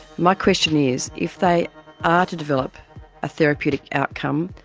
my question is, if they are to develop a therapeutic outcome,